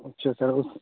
اچھا سر